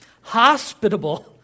Hospitable